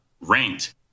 ranked